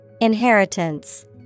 Inheritance